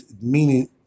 meaning